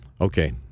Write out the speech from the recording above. Okay